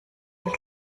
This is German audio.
dich